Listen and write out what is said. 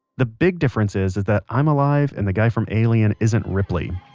the big difference is is that i'm alive and the guy from alien isn't ripley,